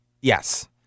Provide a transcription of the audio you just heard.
Yes